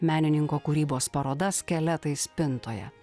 menininko kūrybos paroda skeletai spintoje